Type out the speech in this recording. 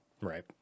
Right